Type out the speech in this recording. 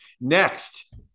Next